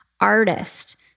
artist